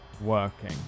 working